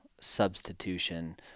substitution